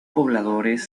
pobladores